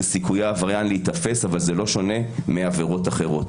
מכך שלשוטרים יש הרבה יותר חיכוך בשטח מאשר לעובדים אחרים.